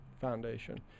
Foundation